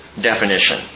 definition